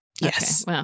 Yes